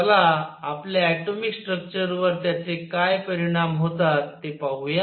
चला आपल्या atomic structure वर त्याचे काय परिणाम होतात ते पाहूया